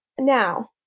now